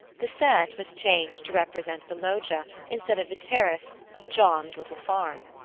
the set was changed to represent the loggia, instead of the terrace, of john's little farm.